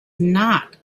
not